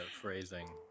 phrasing